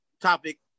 topic